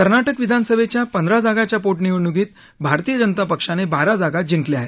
कर्नाटक विधानसभेच्या पंधरा जागांच्या पोटनिवडणुकीत भारतीय जनता पक्षाने बारा जागा जिंकल्या आहेत